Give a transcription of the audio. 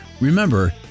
remember